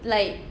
like